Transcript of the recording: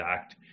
Act